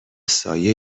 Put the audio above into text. سایه